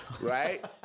Right